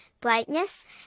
brightness